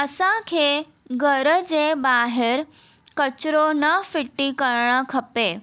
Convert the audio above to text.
असांखे घर जे ॿाहिरि कचिरो न फ़िटी करणु खपे